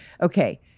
Okay